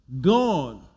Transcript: God